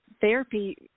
therapy